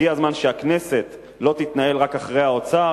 הגיע הזמן שהכנסת לא תתנהל רק אחרי האוצר,